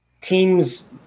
teams